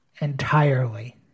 entirely